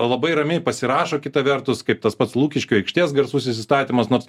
labai ramiai pasirašo kita vertus kaip tas pats lukiškių aikštės garsusis įstatymas nors